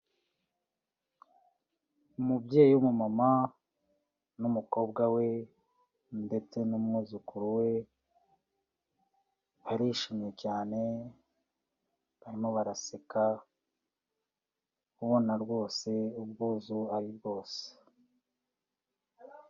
Umubyeyi w'umumama n'umukobwa we ndetse n'umwuzukuru we, barishimye cyane, barimo baraseka ubona rwose ubwuzu ari bwose.